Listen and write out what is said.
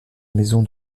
maison